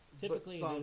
Typically